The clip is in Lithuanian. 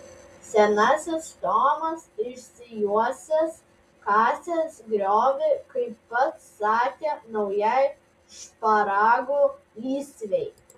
senasis tomas išsijuosęs kasė griovį kaip pats sakė naujai šparagų lysvei